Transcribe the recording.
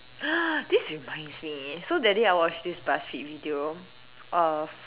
this reminds me so that day I watched this Buzzfeed video of